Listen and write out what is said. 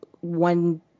one